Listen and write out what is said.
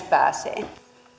pääsee arvoisa puhemies